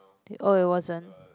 oh it wasn't